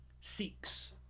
seeks